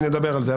אנחנו נדבר על זה.